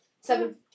Seven